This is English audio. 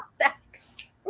sex